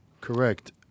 Correct